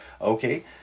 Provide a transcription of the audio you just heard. okay